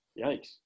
Yikes